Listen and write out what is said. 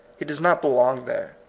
he does not belong there.